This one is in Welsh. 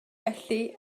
felly